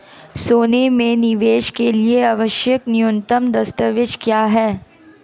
सोने में निवेश के लिए आवश्यक न्यूनतम दस्तावेज़ क्या हैं?